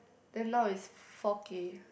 then now it's four K